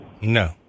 No